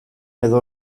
edo